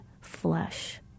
flesh